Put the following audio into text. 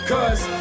Cause